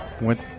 Went